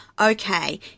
okay